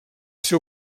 ser